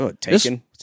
taken